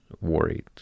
worried